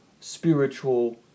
spiritual